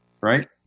right